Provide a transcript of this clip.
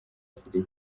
syria